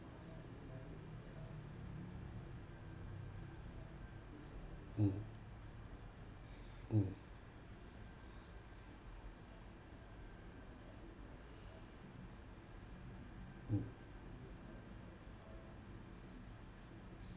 mm mm mm